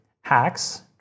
hacks